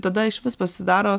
tada išvis pasidaro